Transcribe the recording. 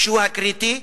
שהוא הקריטי,